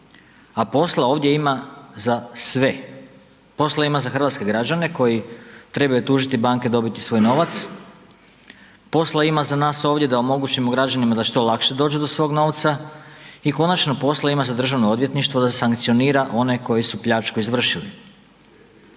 a posla ovdje ima za sve. Posla ima za hrvatske građane koji trebaju tužiti banke, dobiti svoj novac, posla ima za nas ovdje da omogućimo građanima da što lakše dođu do svog novca, i konačno posla ima za Državno odvjetništvo da sankcionira one koji su pljačku izvršili.